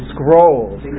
Scrolls